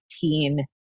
teen